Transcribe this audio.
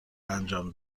انجام